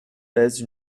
pèse